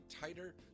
tighter